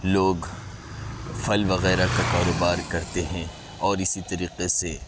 لوگ پھل وغیرہ کا کاروبار کرتے ہیں اور اسی طریقے سے